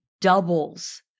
doubles